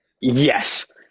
Yes